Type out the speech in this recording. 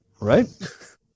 right